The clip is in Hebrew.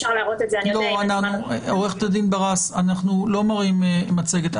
אנחנו לא מראים מצגת.